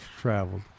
traveled